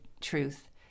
truth